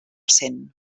cent